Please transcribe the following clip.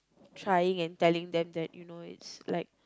trying and telling them that you know it's like